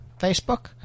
Facebook